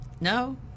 no